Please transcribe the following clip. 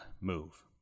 move